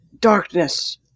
Darkness